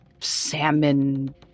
salmon